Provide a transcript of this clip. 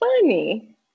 funny